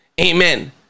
amen